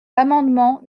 l’amendement